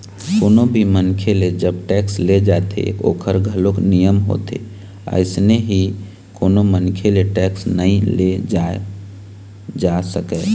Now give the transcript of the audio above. कोनो भी मनखे ले जब टेक्स ले जाथे ओखर घलोक नियम होथे अइसने ही कोनो मनखे ले टेक्स नइ ले जाय जा सकय